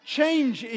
change